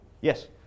Yes